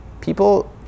people